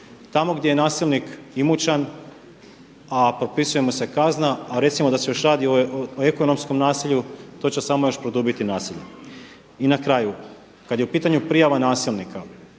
Tamo gdje je nasilnik imućan, a propisuje mu se kazna, a recimo da se još radi o ekonomskom nasilju, to će samo još produbiti nasilje. I na kraju, kada je u pitanju prijava nasilnika,